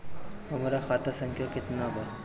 हमरा खाता संख्या केतना बा?